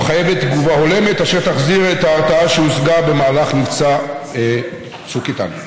המחייבת תגובה הולמת אשר תחזיר את ההרתעה שהושגה במהלך מבצע צוק איתן.